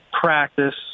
practice